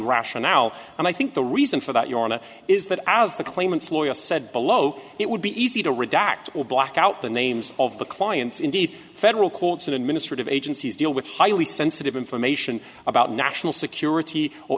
rationale and i think the reason for that your honor is that as the claimants lawyer said below it would be easy to redact or block out the names of the clients indeed federal courts and administrative agencies deal with highly sensitive information about national security or